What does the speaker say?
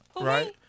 right